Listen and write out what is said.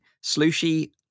Slushy